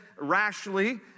rashly